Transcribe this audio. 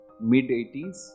mid-80s